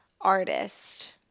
artist